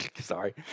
Sorry